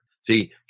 See